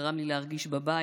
הוא גרם לי להרגיש בבית.